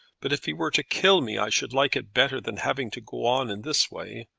but if he were to kill me i should like it better than having to go on in this way.